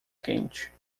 quente